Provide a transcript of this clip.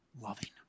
loving